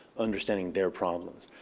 understanding their problems.